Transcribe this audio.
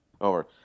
over